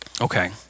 Okay